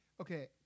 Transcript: Okay